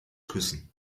küssen